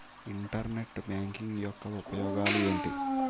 Internet banking యెక్క ఉపయోగాలు ఎంటి?